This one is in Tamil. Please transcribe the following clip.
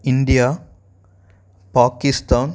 இந்தியா பாகிஸ்தான்